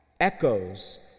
echoes